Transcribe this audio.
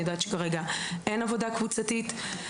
אני יודעת שכרגע אין עבודה קבוצתית.